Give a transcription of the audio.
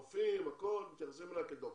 הרופאים מתייחסים אליה כאל דוקטורט.